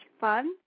fun